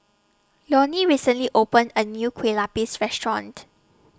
Leone recently opened A New Kueh Lupis Restaurant